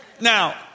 Now